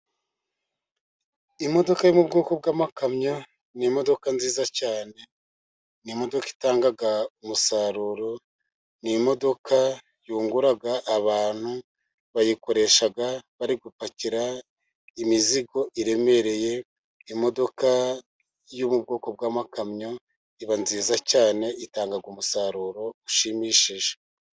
Imodoka yo mu bwoko bw'amakamyo ni imodoka nziza cyane, ni imodoka itanga umusaruro , ni imodoka yungura abantu bayikoresha bari gupakira imizigo iremereye. Imodoka yo mu bwoko bw'amakamyo iba nziza cyane itanga umusaruro ushimishije.